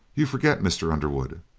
you forget, mr. underwood,